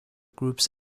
groups